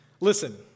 Listen